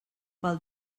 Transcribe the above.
pel